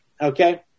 Okay